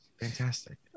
Fantastic